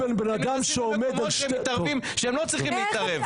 הם נכנסים והם מתערבים במקומות שהם לא צריכים להתערב.